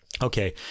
Okay